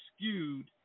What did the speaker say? skewed